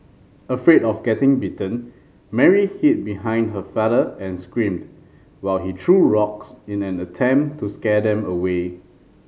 afraid of getting bitten Mary hid behind her father and screamed while he threw rocks in an attempt to scare them away